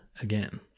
again